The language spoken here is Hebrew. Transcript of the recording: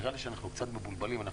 נראה לי שאנחנו מבולבלים קצת כי